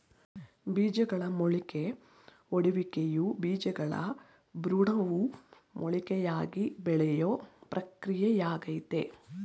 ಬೀಜಗಳ ಮೊಳಕೆಯೊಡೆಯುವಿಕೆಯು ಬೀಜಗಳ ಭ್ರೂಣವು ಮೊಳಕೆಯಾಗಿ ಬೆಳೆಯೋ ಪ್ರಕ್ರಿಯೆಯಾಗಯ್ತೆ